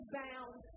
bound